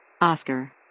Oscar